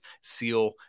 seal